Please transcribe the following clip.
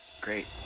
Great